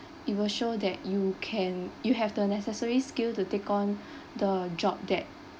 it will show that you can you have the necessary skill to take on the job that